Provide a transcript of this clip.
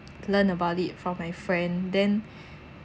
learn about it from my friend then